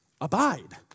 abide